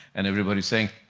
and everybody's saying,